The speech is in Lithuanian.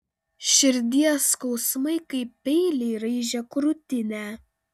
širdies skausmai kaip peiliai raižė krūtinę